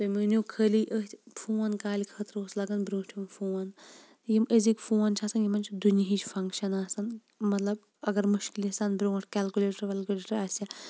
تُہۍ مٲنِو خٲلی أتھۍ فون کالہِ خٲطرٕ اوس لَگَان برٛونٛٹھِم فون یِم أزِکۍ فون چھِ آسان یِمَن چھِ دُنیِہٕچ فَنٛکشَن آسان مَطلَب اَگَر مُشکِلی سان برٛونٛٹھ کلکُلیٹَر ولکُلیٹَر آسہِ ہا